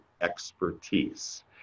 expertise